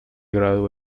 graduó